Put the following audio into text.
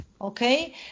Okay